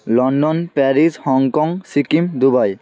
London Paris Hong Kong Sikkim Dubai